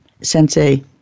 Sensei